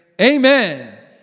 Amen